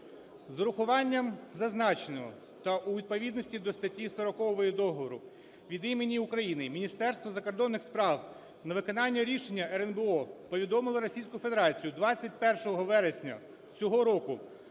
З урахуванням зазначеного та у відповідності до статті 40 договору від імені України Міністерство закордонних справ на виконання рішення РНБО повідомило Російську Федерацію 21 вересня цього року